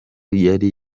yari